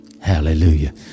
Hallelujah